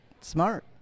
Smart